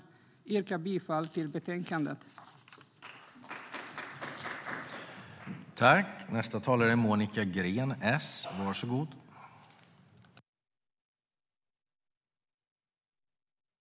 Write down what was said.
Jag yrkar bifall till utskottets förslag i betänkandet.